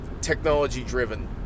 technology-driven